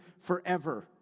forever